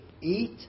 eat